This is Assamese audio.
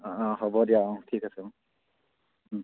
অঁ অঁ হ'ব দিয়া অঁ ঠিক আছে অঁ অঁ